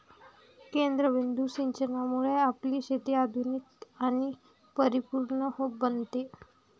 केंद्रबिंदू सिंचनामुळे आपली शेती आधुनिक आणि परिपूर्ण बनते